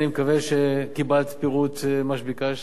אני מקווה שקיבלת פירוט למה שביקשת.